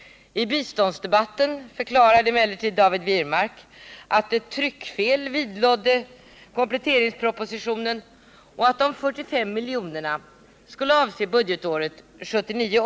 I biståndsdebatten förklarade emellertid David Wirmark att det var ett tryckfel ikompletteringspropositionen och att dessa 45 milj.kr. skulle avse budgetåret 1979/80.